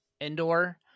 indoor